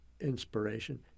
inspiration